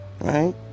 Right